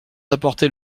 apporter